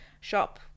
shop